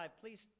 please